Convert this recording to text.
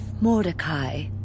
Mordecai